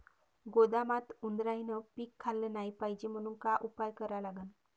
गोदामात उंदरायनं पीक खाल्लं नाही पायजे म्हनून का उपाय करा लागन?